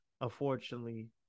unfortunately